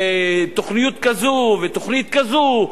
תוכנית כזאת ותוכנית כזאת,